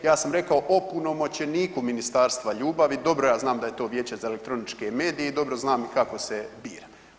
Ja sam rekao opunomoćeniku ministarstva ljubavi, dobro ja znam da je to Vijeće za elektroničke medije i dobro znam kako se bira.